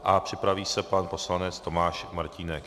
A připraví se pan poslanec Tomáš Martínek.